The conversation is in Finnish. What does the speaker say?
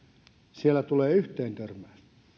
siellä tulee yhteentörmäys